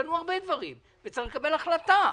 השתנו הרבה דברים וצריך לקבל החלטה.